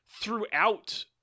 throughout